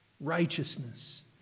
righteousness